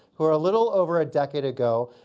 who, a little over a decade ago,